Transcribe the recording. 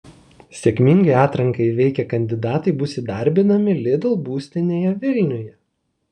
sėkmingai atranką įveikę kandidatai bus įdarbinami lidl būstinėje vilniuje